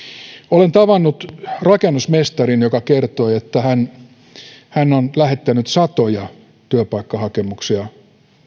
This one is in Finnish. olen tavannut rakennusmestarin joka kertoi että hän hän on lähettänyt satoja työpaikkahakemuksia